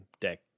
deck